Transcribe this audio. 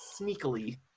sneakily